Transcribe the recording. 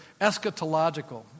eschatological